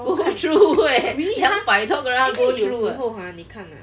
go through eh 两百多个人他 go through ah